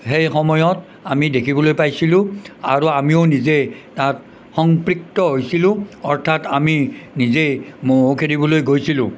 সেই সময়ত আমি দেখিবলৈ পাইছিলোঁ আৰু আমিও নিজে তাত সংপৃক্ত হৈছিলোঁ অৰ্থাৎ আমি নিজে মহোহো খেদিবলৈ গৈছিলোঁ